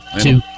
Two